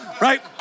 right